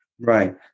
right